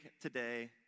today